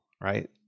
right